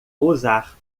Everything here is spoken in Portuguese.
usar